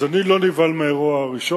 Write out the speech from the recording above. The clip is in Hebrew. אז אני לא נבהל מהאירוע הראשון,